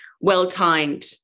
well-timed